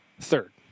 third